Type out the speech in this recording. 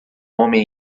homem